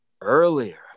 Earlier